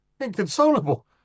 inconsolable